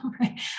right